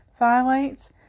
phthalates